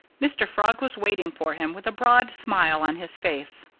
mr. frog was waiting for him, with a broad smile on his face.